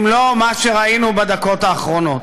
אם לא מה שראינו בדקות האחרונות?